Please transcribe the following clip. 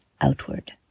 outward